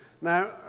Now